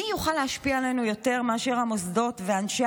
מי יוכל להשפיע עלינו יותר מאשר המוסדות ואנשי